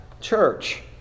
Church